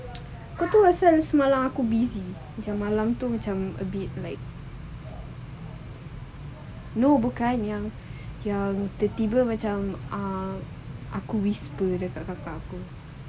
lepas tu aku rasa aku busy macam malam tu macam a bit like no bukan yang yang tertiba macam ah aku whisper dekat kakak aku